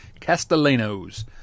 Castellanos